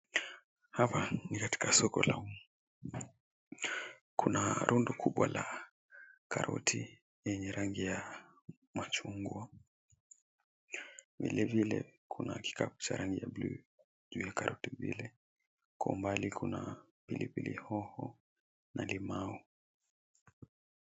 Hapa ni katika soko la umma. Kuna rundo kubwa la karoti yenye rangi ya machungwa, vilevile kuna kikapu cha rangi ya buluu, juu ya karoti vile. Kwa umbali kuna pilipili hoho na limau.